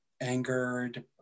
angered